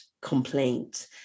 complaint